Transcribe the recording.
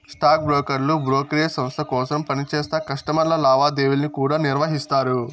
stock బ్రోకర్లు brokerage సంస్త కోసరం పనిచేస్తా కస్టమర్ల లావాదేవీలను కూడా నిర్వహిస్తారు